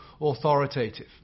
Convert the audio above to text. authoritative